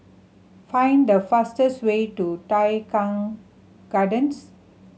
find the fastest way to Tai Keng Gardens